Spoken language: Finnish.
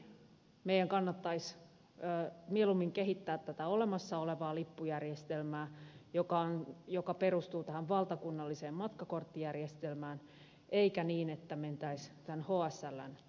ehdottomasti meidän kannattaisi mieluummin kehittää tätä olemassa olevaa lippujärjestelmää joka perustuu tähän valtakunnalliseen matkakorttijärjestelmään eikä niin että mentäisiin tämän hsln kautta